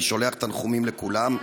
אני שולח תנחומים לכולם,